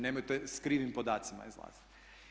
Nemojte s krivim podacima izlaziti.